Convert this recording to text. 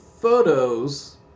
photos